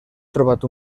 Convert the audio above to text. trobat